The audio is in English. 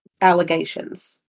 allegations